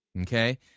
Okay